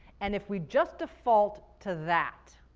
and if we just default to that,